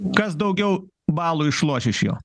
kas daugiau balų išloš iš jo